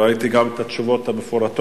ראיתי גם את התשובות המפורטות,